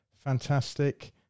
fantastic